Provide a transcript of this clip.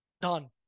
done